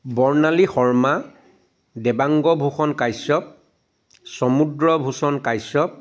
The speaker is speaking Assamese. বৰ্ণালী শৰ্মা দেবাংগ ভুষণ কাশ্যপ সমুদ্ৰ ভুষণ কাশ্যপ